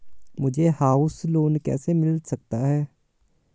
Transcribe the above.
मुझे house loan कैसे मिल सकता है?